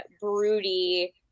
broody